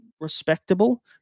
respectable